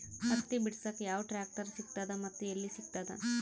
ಹತ್ತಿ ಬಿಡಸಕ್ ಯಾವ ಟ್ರಾಕ್ಟರ್ ಸಿಗತದ ಮತ್ತು ಎಲ್ಲಿ ಸಿಗತದ?